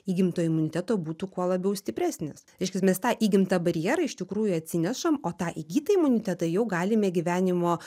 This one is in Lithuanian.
įgimto imuniteto būtų kuo labiau stipresnis reiškias mes tą įgimtą barjerą iš tikrųjų atsinešam o tą įgytą imunitetą jau galime gyvenimo